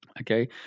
Okay